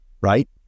right